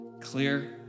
Clear